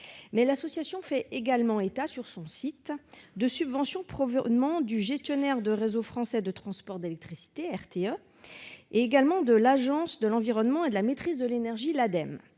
cette association fait également état de subventions provenant du gestionnaire du réseau français de transport d'électricité (RTE), ainsi que de l'Agence de l'environnement et de la maîtrise de l'énergie (Ademe).